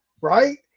right